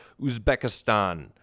Uzbekistan